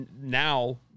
now